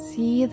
See